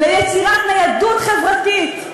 ליצירת ניידות חברתית,